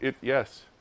Yes